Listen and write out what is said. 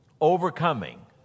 overcoming